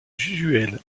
usuels